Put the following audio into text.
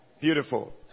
Beautiful